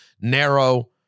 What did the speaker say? narrow